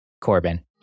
Corbin